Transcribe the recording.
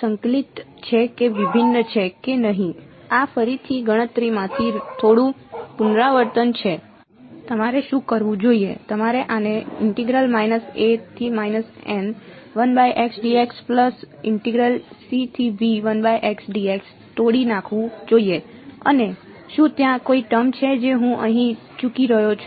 સંકલિત છે કે વિભિન્ન છે કે નહીં આ ફરીથી ગણતરીમાંથી થોડું પુનરાવર્તન છે તમારે શું કરવું જોઈએ તમારે આને તોડી નાખવું જોઈએ અને શું ત્યાં કોઈ ટર્મ છે જે હું અહીં ચૂકી રહ્યો છું